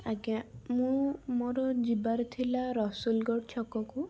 ଆଜ୍ଞା ମୁଁ ମୋର ଯିବାର ଥିଲା ରସୁଲଗଡ଼ ଛକକୁ